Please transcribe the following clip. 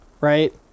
right